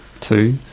two